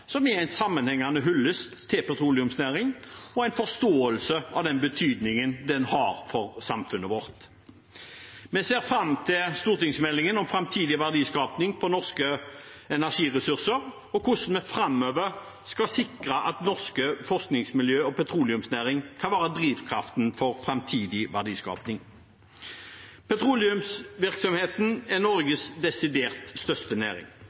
en sammenhengende hyllest til petroleumsnæringen og en forståelse av den betydningen den har for samfunnet vårt. Vi ser fram til stortingsmeldingen om framtidig verdiskaping av norske energiressurser og hvordan vi framover skal sikre at norske forskningsmiljøer og petroleumsnæringen kan være drivkraften for framtidig verdiskaping. Petroleumsvirksomheten er Norges desidert største næring.